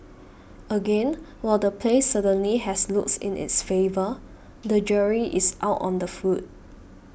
again while the place certainly has looks in its favour the jury is out on the food